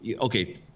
okay